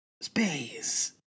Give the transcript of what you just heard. space